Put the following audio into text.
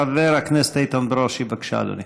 חבר הכנסת איתן ברושי, בבקשה, אדוני.